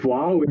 Wow